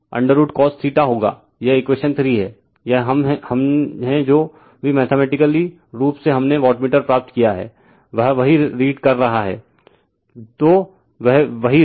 तो यह √3 VL√cos होगा यह इक्वेशन 3 है यह हम है जो भी मैथमेटीकली रूप से हमने वाटमीटर प्राप्त किया है वह वही रीड कर रहा है तो वही रीड कर रहा है